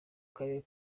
karere